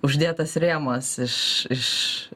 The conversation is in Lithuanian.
uždėtas rėmas iš iš